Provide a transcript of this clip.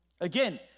Again